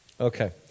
Okay